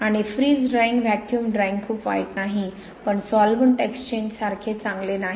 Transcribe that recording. आणि freeze drying vacuum drying खूप वाईट नाही पण सॉल्व्हेंट एक्सचेंज सारखे चांगले नाही